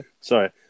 Sorry